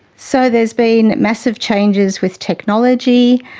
so there's been massive changes with technology,